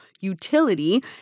utility